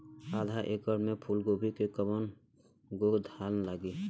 आधा एकड़ में फूलगोभी के कव गो थान लागी?